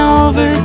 over